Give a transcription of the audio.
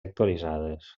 actualitzades